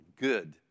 good